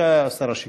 בבקשה, שר השיכון.